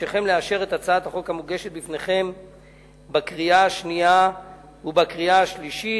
אבקשכם לאשר את הצעת החוק המוגשת לפניכם בקריאה השנייה ובקריאה השלישית.